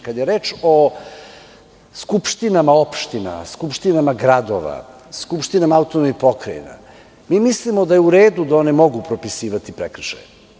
Kada je reč o skupštinama opština, skupštinama gradova, skupštinama autonomnih pokrajina, mi mislimo da je u redu da one mogu propisivati prekršaje.